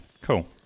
cool